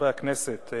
חברי הכנסת,